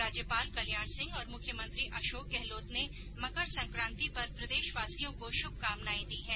राज्यपाल कल्याण सिंह और मुख्यमंत्री अशोक गहलोत ने मकर सक्रांति पर प्रदेशवासियों को शुभकामनाएं दी है